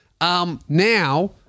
Now